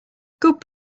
good